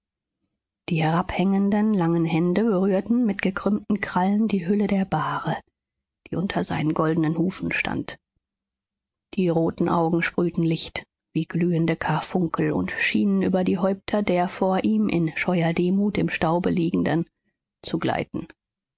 die herabhängenden langen hände berührten mit gekrümmten krallen die hülle der bahre die unter seinen goldenen hufen stand die roten augen sprühten licht wie glühende karfunkel und schienen über die häupter der vor ihm in scheuer demut im staube liegenden zu gleiten